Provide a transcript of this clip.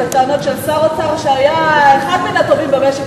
הטענות של שר אוצר שהיה אחד מן הטובים במשק,